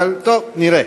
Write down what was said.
אבל טוב, נראה.